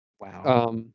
Wow